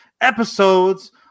episodes